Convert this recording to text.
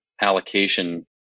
allocation